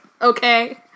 Okay